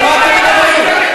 על מה אתם מדברים?